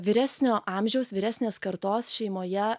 vyresnio amžiaus vyresnės kartos šeimoje